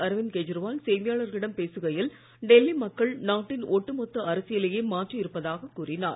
அரவிந்த் கெஜ்ரிவால் செய்தியாளர்களிடம் பேசுகையில் டெல்லி மக்கள் நாட்டின் ஒட்டுமொத்த அரசியலையே மாற்றி இருப்பதாக கூறினார்